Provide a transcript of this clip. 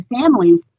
families